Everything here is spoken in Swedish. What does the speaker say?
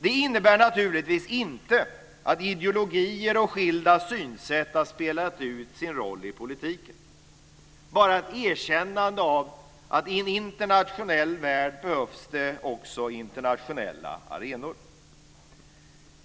Det innebär naturligtvis inte att ideologier och skilda synsätt har spelat ut sin roll i politiken, bara ett erkännande av att i en internationell värld behövs det också internationella arenor.